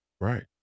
Right